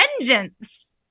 vengeance